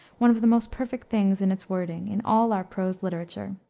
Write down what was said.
one of the most perfect things in its wording, in all our prose literature